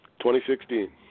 2016